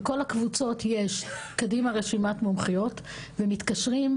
בכל הקבוצות יש קדימה רשימת מומחיות ומתקשרים.